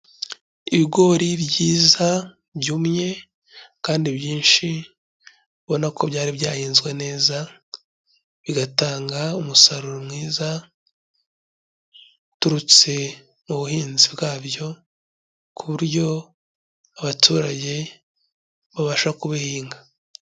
Ibigori byiza, byumye kandi byinshi, ubonako byari byahinzwe neza, bigatanga umusaruro mwiza uturutse mu buhinzi bwabyo, ku buryo abaturage babasha kubihinga.